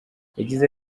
yagize